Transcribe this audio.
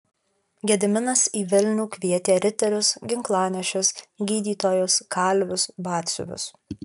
gediminas į vilnių kvietė riterius ginklanešius gydytojus kalvius batsiuvius